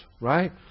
right